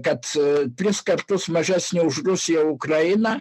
kad tris kartus mažesnė už rusiją ukraina